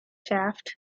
shaft